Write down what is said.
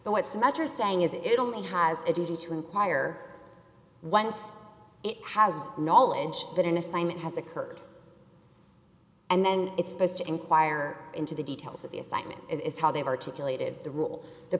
but what's the matter saying is it only has a duty to inquire once it has knowledge that an assignment has occurred and then it's supposed to inquire into the details of the assignment is how they were to delay did the rule the